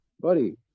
Buddy